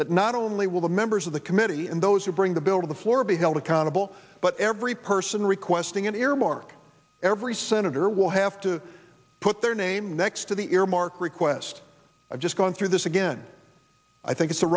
that not only will the members of the committee and those who bring the bill to the floor be held accountable but every person requesting an earmark every senator will have to put their name next to the earmark request i've just gone through this again i think it's the